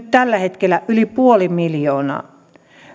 tällä hetkellä yli puoli miljoonaa